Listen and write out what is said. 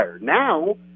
Now